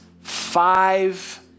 five